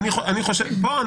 פה,